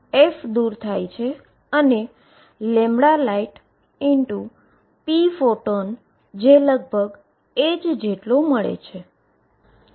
f દુર થાય છે અને lightpphoton∼h મળે છે